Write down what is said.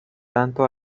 tanto